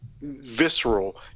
Visceral